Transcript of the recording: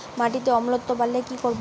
মাটিতে অম্লত্ব বাড়লে কি করব?